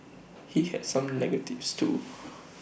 he had some negatives too